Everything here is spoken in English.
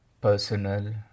personal